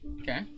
Okay